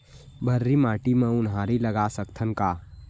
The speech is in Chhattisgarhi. भर्री माटी म उनहारी लगा सकथन का?